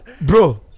bro